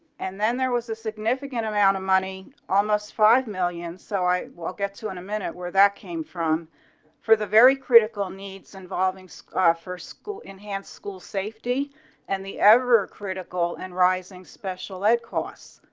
and then there was a significant amount of money almost five million so i will get to in a minute where that came from for the very critical needs involving scar for school enhance school safety and the ever critical and rising special ed cost.